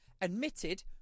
admitted